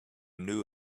knew